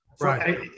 right